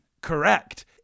Correct